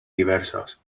diversos